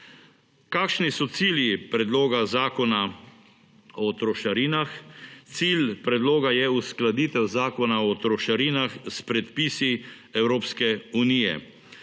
Kakšni so cilji predloga zakona o trošarinah? Cilj predloga je uskladitev zakona o trošarinah s predpisi Evropske unije.